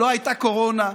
בספטמבר לא הייתה קורונה,